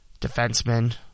defenseman